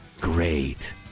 Great